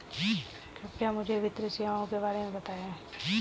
कृपया मुझे वित्तीय सेवाओं के बारे में बताएँ?